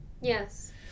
Yes